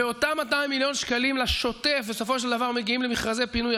ואותם 200 מיליון שקלים לשוטף בסופו של דבר מגיעים למכרזי פינוי